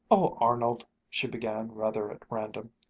oh, arnold, she began, rather at random,